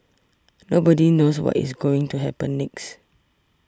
nobody knows what is going to happen next